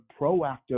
proactive